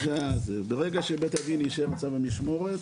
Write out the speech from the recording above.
ברגע שבית הדין אישר משמורת,